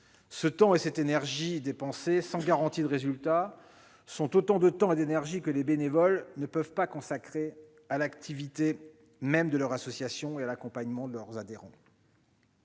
Ce temps et cette énergie dépensés sans garantie de résultat sont autant de temps et d'énergie que les bénévoles ne peuvent pas consacrer à l'activité même de leur association et à l'accompagnement de leurs adhérents.